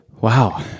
Wow